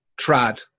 trad